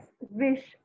wish